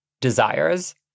desires